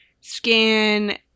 scan